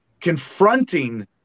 confronting